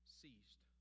ceased